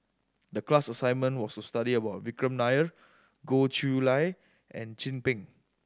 the class assignment was to study about Vikram Nair Goh Chiew Lye and Chin Peng